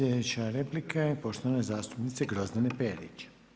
Sljedeća replika je poštovane zastupnice Grozdane Perić.